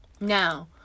Now